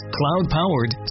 cloud-powered